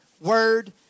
Word